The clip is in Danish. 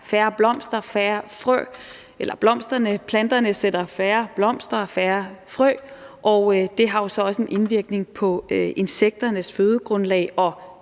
at det betyder, at planterne sætter færre blomster og færre frø, og det har så også en indvirkning på insekternes fødegrundlag og